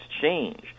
change